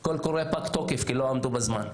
אבל הקול הקורא פג תוקף כי לא עמדו בזמן.